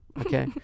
okay